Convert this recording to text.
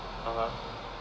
(uh huh)